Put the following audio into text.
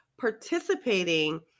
participating